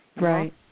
Right